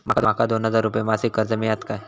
माका दोन हजार रुपये मासिक कर्ज मिळात काय?